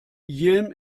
jim